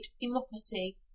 democracy